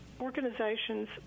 organizations